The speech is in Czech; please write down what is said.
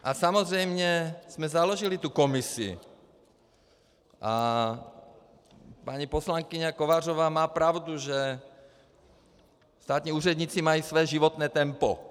A samozřejmě jsme založili tu komisi a paní poslankyně Kovářová má pravdu, že státní úředníci mají své životní tempo.